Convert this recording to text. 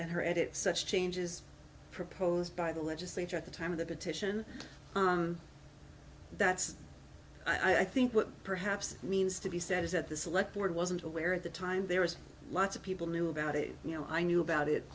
her at it such changes proposed by the legislature at the time of the petition that's i think what perhaps means to be said is that the select board wasn't aware at the time there was lots of people knew about it you know i knew about it